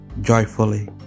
joyfully